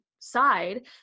side